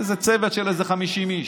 צוות של איזה 50 איש.